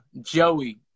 Joey